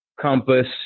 Compass